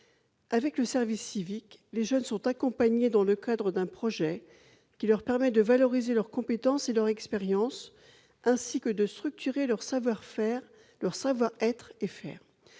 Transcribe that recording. Avec le service civique, les jeunes sont accompagnés dans le cadre d'un projet qui leur permet de valoriser leurs compétences et leur expérience, ainsi que de structurer leurs savoir-être et